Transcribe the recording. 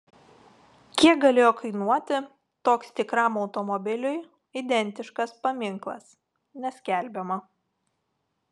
kiek galėjo kainuoti toks tikram automobiliui identiškas paminklas neskelbiama